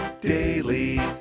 Daily